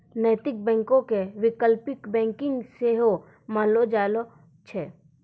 नैतिक बैंको के वैकल्पिक बैंकिंग सेहो मानलो जाय छै